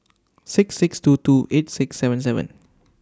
six six two two eight six seven seven